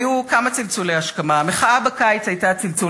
היו כמה צלצולי השכמה: המחאה בקיץ היתה צלצול